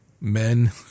men